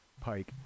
Pike